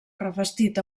revestit